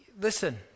Listen